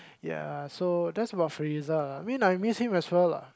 ya so that's about Freiza lah I mean I miss him as well lah